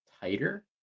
tighter